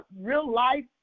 real-life